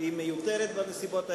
מיותרת בנסיבות האלה,